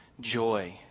joy